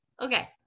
Okay